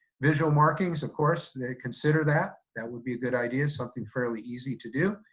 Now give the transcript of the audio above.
visual markings, of course, they consider that. that would be a good idea, something fairly easy to do.